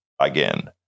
again